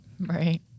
Right